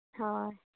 ᱦᱳᱭ